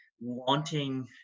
wanting